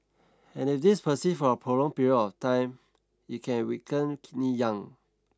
and if this persists for a prolonged period of time it can weaken kidney yang